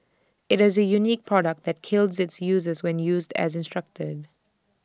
IT is A unique product that kills its user when used as instructed